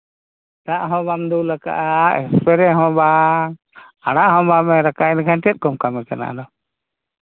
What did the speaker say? ᱫᱟᱜ ᱦᱚᱸ ᱵᱟᱢ ᱫᱩᱞ ᱠᱟᱜᱼᱟ ᱥᱯᱨᱮ ᱦᱚᱸ ᱵᱟᱝ ᱟᱲᱟᱜ ᱦᱚᱸ ᱵᱟᱢ ᱮᱨ ᱠᱟᱜᱼᱟ ᱮᱱᱠᱷᱟᱱ ᱪᱮᱫ ᱠᱚᱢ ᱠᱟᱹᱢᱤ ᱠᱟᱱᱟ ᱟᱫᱚ